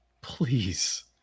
Please